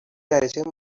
دریچه